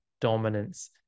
dominance